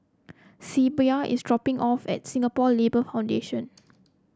Sybilla is dropping off at Singapore Labour Foundation